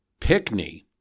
Pickney